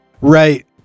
Right